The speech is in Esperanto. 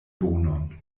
bonon